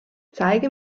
zeige